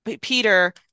Peter